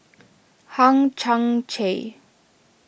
Hang Chang Chieh